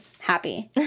Happy